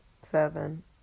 seven